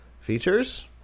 features